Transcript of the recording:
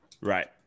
Right